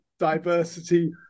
diversity